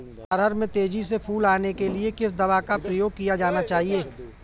अरहर में तेजी से फूल आने के लिए किस दवा का प्रयोग किया जाना चाहिए?